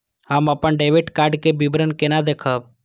हम अपन debit card के विवरण केना देखब?